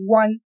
one